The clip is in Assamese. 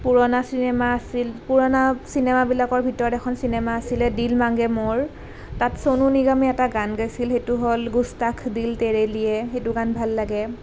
পুৰণা চিনেমা আছিল পুৰণা চিনেমাবিলাকৰ ভিতৰত এখন আছিলে দিল মাংগে ম'ৰ তাৰ চৌন নিগমে এটা গান গাইছিলে সেইটো হ'ল গোস্তাখ দিল তেৰে লিয়ে সেইটো গান ভাল লাগে